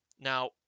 Now